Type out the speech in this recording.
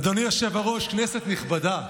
אדוני היושב-ראש, כנסת נכבדה,